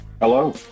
Hello